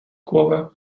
głowę